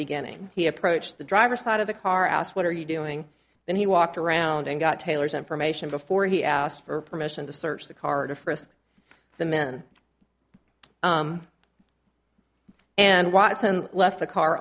beginning he approached the driver side of the car asked what are you doing then he walked around and got taylor's information before he asked for permission to search the car to frisk the men and watson left the car